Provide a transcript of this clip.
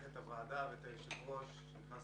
מברך את הוועדה ואת היושב-ראש לרגל התחלת